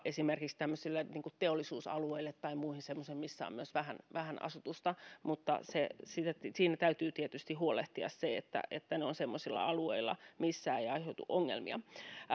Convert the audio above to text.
esimerkiksi teollisuusalueille tai muihin semmoisiin missä on vähän asutusta mutta siinä täytyy tietysti huolehtia että että ne ovat sellaisilla alueilla missä ei aiheudu ongelmia